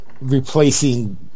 replacing